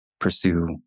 pursue